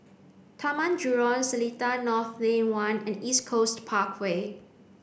Taman Jurong Seletar North Lane one and East Coast Parkway